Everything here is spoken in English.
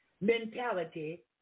mentality